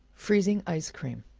freezing ice cream.